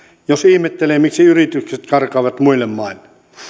jos ihmettelee miksi yritykset karkaavat muille maille